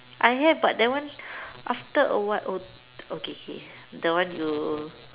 I have but that one after awhile oh oh K K the one you